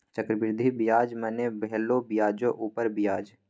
चक्रवृद्धि ब्याज मने भेलो ब्याजो उपर ब्याज